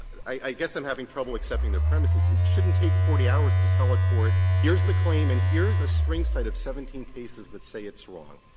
i guess i'm having trouble accepting the premise. it it shouldn't take forty hours to tell a court, here's the claim and here's a string cite of seventeen cases that say it's wrong.